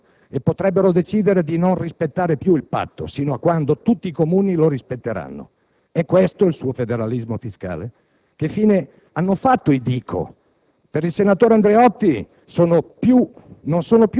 la abolirebbero. Ma i sindaci del Nord ci stanno pensando e potrebbero decidere di non rispettare più il Patto sino a quando tutti i Comuni non lo rispetteranno. È questo il suo federalismo fiscale? Che fine hanno fatto i Dico?